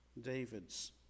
David's